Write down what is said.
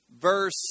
verse